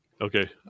Okay